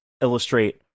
illustrate